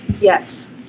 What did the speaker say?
Yes